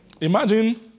Imagine